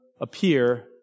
appear